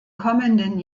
kommenden